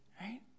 right